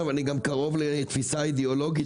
אבל אני גם קרוב לתפיסה אידיאולוגית